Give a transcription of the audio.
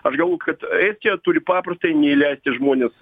aš galvoju kad estija turi paprastai neįleisti žmones